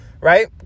Right